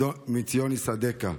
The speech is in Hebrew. ומציון יסעדך.